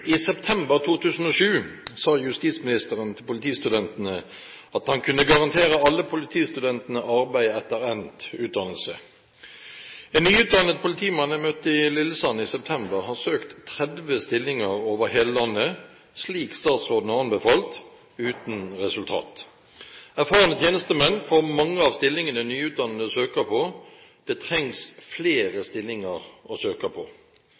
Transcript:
i salen. Spørsmålet til justisministeren er følgende: «I september 2007 sa justisministeren til politistudentene at han kunne garantere alle politistudentene arbeid etter endt utdannelse. En nyutdannet politimann jeg møtte i Lillesand i september, har søkt 30 stillinger over hele landet, slik statsråden har anbefalt, uten resultat. Erfarne tjenestemenn får mange av stillingene nyutdannede søker på. Det trengs flere stillinger å søke på.